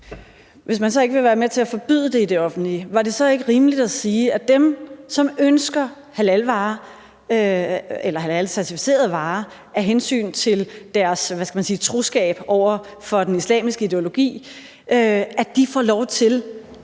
Hvis man så ikke vil være med til at forbyde det i det offentlige, var det så ikke rimeligt at sige, at de, som ønsker halalcerfificerede varer af hensyn til deres, hvad skal man sige, troskab over for den islamiske ideologi, får lov til